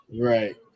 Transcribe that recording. Right